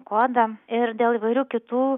kodą ir dėl įvairių kitų